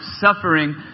suffering